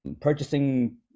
purchasing